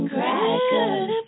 Crackers